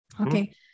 okay